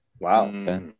Wow